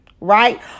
right